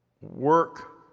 work